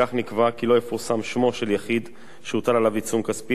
כמו כן נקבע כי לא יפורסם שמו של יחיד שהוטל עליו עיצום כספי